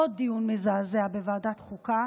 עוד דיון מזעזע בוועדת החוקה,